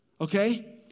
Okay